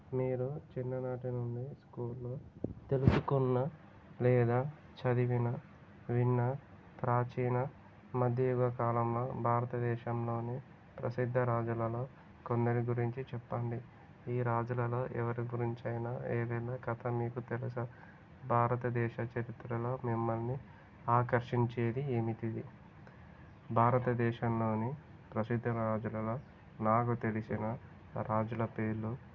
మీరు చిన్ననాటి నుండి స్కూల్లో తెలుసుకున్న లేదా చదివిన విన్న ప్రాచీన మధ్యయుగ కాలంలో భారతదేశంలోని ప్రసిద్ధ రాజులలో కొందరి గురించి చెప్పండి ఈ రాజులలో ఎవరి గురించైనా ఏదైనా కథ మీకు తెలుసా భారతదేశ చరిత్రలో మిమ్మల్ని ఆకర్షించేది ఏమిటిది భారతదేశంలోని ప్రసిద్ధ రాజులలో నాకు తెలిసిన రాజుల పేర్లు